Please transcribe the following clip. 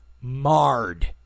marred